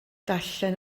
ddarllen